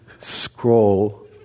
scroll